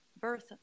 birth